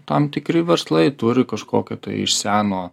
tam tikri verslai turi kažkokią tai iš seno